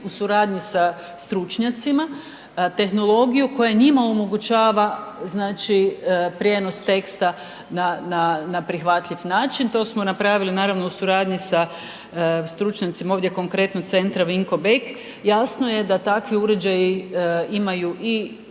u suradnji sa stručnjacima tehnologiju koja njima omogućava znači prijenos teksta na prihvatljiv način. To smo napravili naravno u suradnji sa stručnjacima ovdje konkretno Centra Vinko Beg, jasno je da takvi uređaji imaju i